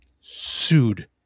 sued